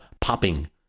popping